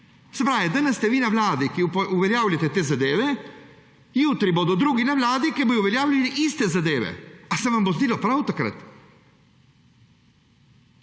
Se pravi, danes ste vi na vladi, ki uveljavljate te zadeve, jutri bodo drugi na vladi, ki bodo uveljavljali iste zadeve. Ali se vam bo zdelo prav takrat?